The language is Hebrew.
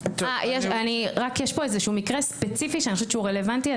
רק יש פה איזה מקרה ספציפי שאני חושבת שהוא רלוונטי.